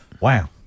Wow